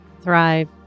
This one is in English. thrive